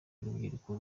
urubyiruko